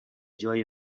جای